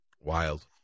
Wild